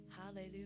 Hallelujah